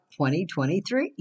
2023